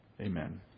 Amen